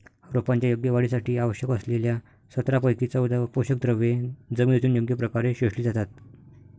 रोपांच्या योग्य वाढीसाठी आवश्यक असलेल्या सतरापैकी चौदा पोषकद्रव्ये जमिनीतून योग्य प्रकारे शोषली जातात